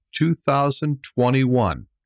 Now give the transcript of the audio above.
2021